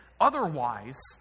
otherwise